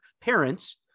parents